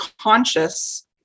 conscious